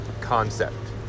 concept